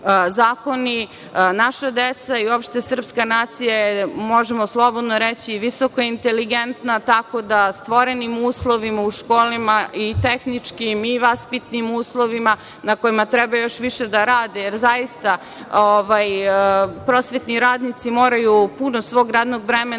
zakoni. Naša deca i uopšte srpska nacija je možemo slobodno reći, visoko inteligentna, tako da stvorenim uslovima u školama, tehničkim i vaspitnim na kojima treba još više da rade, jer zaista prosvetni radnici moraju puno svog radnog vremena